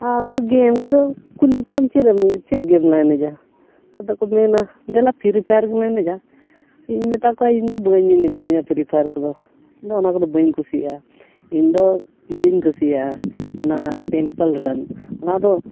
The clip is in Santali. ᱟᱫᱚ ᱜᱮᱢ ᱠᱚᱫᱚ ᱠᱩᱞᱤ ᱠᱚᱣᱟᱢ ᱪᱮᱫ ᱮᱢ ᱪᱮᱫ ᱜᱮᱢ ᱞᱟᱝ ᱮᱱᱮᱡᱟ ᱟᱫᱚ ᱠᱚ ᱢᱮᱱᱟ ᱫᱮᱞᱟ ᱯᱷᱨᱤ ᱯᱷᱟᱭᱟᱨ ᱜᱮᱞᱟᱝ ᱮᱱᱮᱡᱟ ᱤᱧ ᱢᱮᱛᱟ ᱠᱚᱣᱟ ᱤᱧ ᱫᱚ ᱵᱟᱹᱧ ᱮᱱᱮᱡ ᱥᱟᱹᱱᱟᱹᱧᱟ ᱯᱷᱨᱤ ᱯᱷᱟᱭᱟᱨ ᱠᱚᱫᱚ ᱤᱧᱫᱚ ᱚᱱᱟ ᱠᱚᱫᱚ ᱵᱟᱹᱧ ᱠᱩᱥᱤᱭᱟᱜᱼᱟ ᱤᱧ ᱫᱚ ᱤᱭᱟᱹᱧ ᱠᱩᱥᱤᱭᱟᱜᱼᱟ ᱚᱱᱟ ᱴᱮᱢᱯᱮᱞ ᱨᱟᱱ ᱚᱱᱟ ᱫᱚ